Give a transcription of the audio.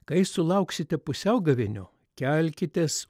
kai sulauksite pusiaugavėnio kelkitės